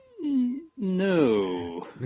No